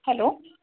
hello